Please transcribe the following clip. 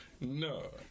No